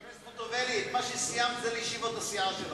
מה שסיימת, זה לישיבות הסיעה שלך.